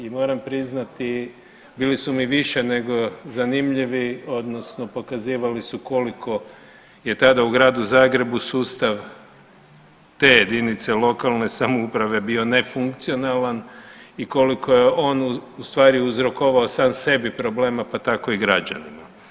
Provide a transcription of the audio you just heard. I moram priznati bili su mi više nego zanimljivi, odnosno pokazivali su koliko je tada u Gradu Zagrebu sustav te jedinice lokalne samouprave bio nefunkcionalan, i koliko je on u stvari uzrokovao sam sebi problema pa tako i građanima.